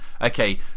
Okay